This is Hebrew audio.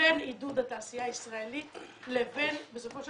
בין עידוד התעשייה הישראלית לבין בסופו של